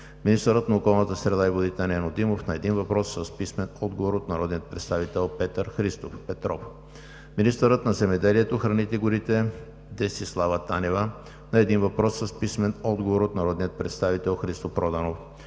Нено Димов – на един въпрос с писмен отговор от народния представител Петър Христов Петров; - министърът на земеделието, храните и горите Десислава Танева – на един въпрос с писмен отговор от народния представител Христо Проданов;